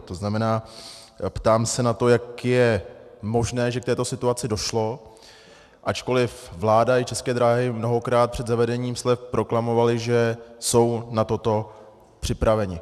To znamená, že se ptám na to, jak je možné, že k této situaci došlo, ačkoliv vláda i České dráhy mnohokrát před zavedením slev proklamovaly, že jsou na toto připraveny.